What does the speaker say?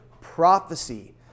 prophecy